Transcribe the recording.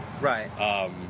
Right